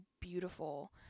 beautiful